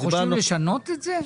ואתם חושבים לשנות את זה?